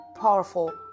powerful